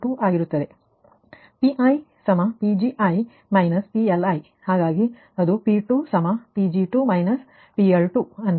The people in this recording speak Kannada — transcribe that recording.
ನಾನು ನಿಮಗೆ ಹೇಳಿದ್ದೇನೆ PiPgi PLi ಹಾಗಾಗಿ ಅದು P2 Pg2 PL2 ಅಂದರೆ 0